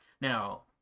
Now